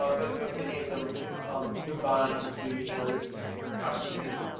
ah but but many of them move on to more interesting opportunities.